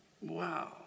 Wow